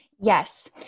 Yes